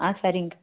ஆ சரிங்க